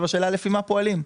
השאלה לפי מה פועלים?